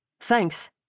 Thanks